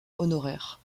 honoraire